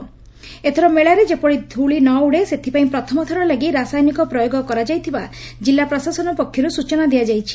ଚଳିତ ଥର ମେଳାରେ ଯେପରି ଧୂଳି ନ ଉଡ଼େ ସେଥିପାଇଁ ପ୍ରଥମ ଥର ଲାଗି ରସାୟନିକ ପ୍ରୟୋଗ କରାଯାଇଥିବା କିଲ୍ଲା ପ୍ରଶାସନ ପକ୍ଷରୁ ସୂଚନା ଦିଆଯାଇଛି